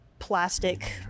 plastic